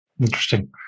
Interesting